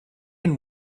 and